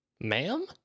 Ma'am